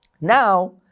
Now